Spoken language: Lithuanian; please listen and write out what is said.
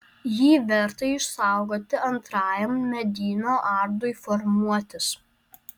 jį verta išsaugoti antrajam medyno ardui formuotis